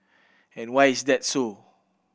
and why is that so